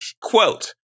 Quote